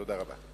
תודה רבה.